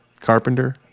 Carpenter